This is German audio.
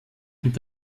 und